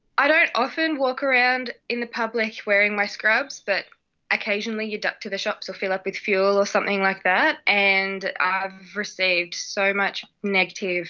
i don't often walk around in the public wearing my scrubs. but occasionally you duck to the shops or fill up with fuel or something like that, and i've received so much negative